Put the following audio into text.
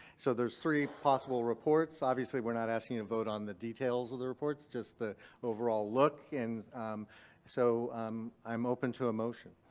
so there's three possible reports. obviously, we're not asking you to vote on the details of the reports, just the overall look. so um i'm open to a motion.